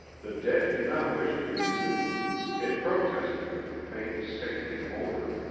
the dead do not wish to be moved it protested with a faint, sickening odor.